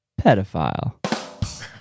pedophile